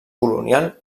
colonial